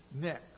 Next